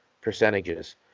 percentages